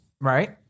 Right